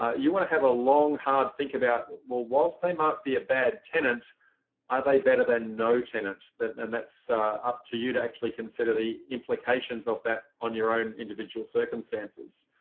you want to have a long hard think about whilst they might be a bad tenant are they better than no tenant. and that's up to you to actually consider the implications of that on your own individual circumstances.